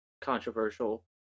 controversial